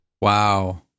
Wow